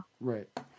Right